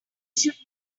should